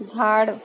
झाड